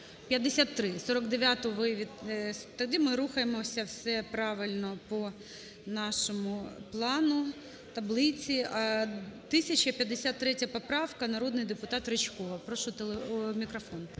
53. 49-у ви… Тоді ми рухаємося, все правильно, по нашому плану, таблиці. 1053 поправка, народний депутат Ричкова. Прошу мікрофон.